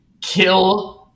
kill